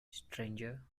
stranger